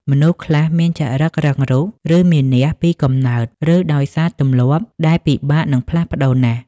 មនុស្សខ្លះមានចរិតរឹងរូស ឬមានះពីកំណើត ឬដោយសារទម្លាប់ដែលពិបាកនឹងផ្លាស់ប្តូរណាស់។